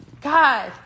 God